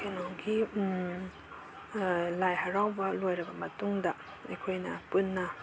ꯀꯩꯅꯣꯒꯤ ꯂꯥꯏ ꯍꯔꯥꯎꯕ ꯂꯣꯏꯔꯕ ꯃꯇꯨꯡꯗ ꯑꯩꯈꯣꯏꯅ ꯄꯨꯟꯅ